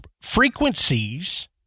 frequencies